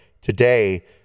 Today